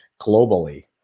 globally